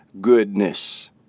goodness